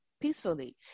peacefully